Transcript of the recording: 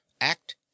act